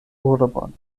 urbon